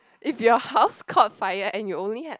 if your house caught fire and you only had